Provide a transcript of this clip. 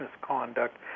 misconduct